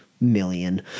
million